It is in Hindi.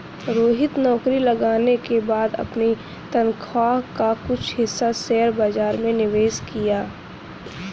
रोहित नौकरी लगने के बाद अपनी तनख्वाह का कुछ हिस्सा शेयर बाजार में निवेश किया